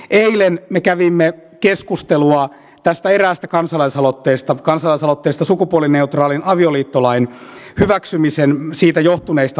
eilen me kävimme keskustelua tästä eräästä kansalaisaloitteesta kansalaisaloitteesta sukupuolineutraalin avioliittolain hyväksymisestä siitä johtuneista laeista